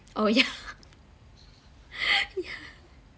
oh yeah